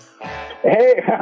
Hey